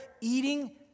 eating